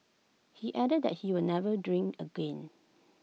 he added that he will never drink again